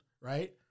right